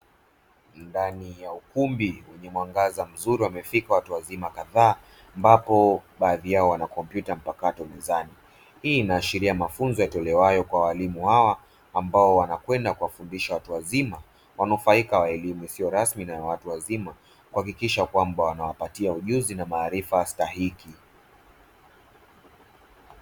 Ndani ya ukumbi wenye mwangaza mzuri wamefika watu wazima kadhaa ambapo baadhi yao wana kompyuta mpakato mezani. Hii inaashiria mafunzo yatolewayo kwa walimu hawa ambao wanakwenda kuwafundisha watu wazima, kunufaika wa elimu isiyo rasmi na ya watu wazima, kuhakikisha kwamba wanawapatia ujuzi na maarifa stahiki.